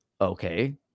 okay